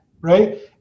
Right